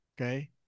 Okay